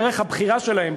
דרך הבחירה שלהם,